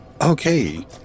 Okay